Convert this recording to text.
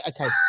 okay